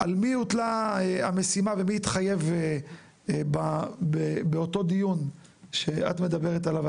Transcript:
על מי הוטלה המשימה ומי התחייב באותו דיון שאת מדברת עליו,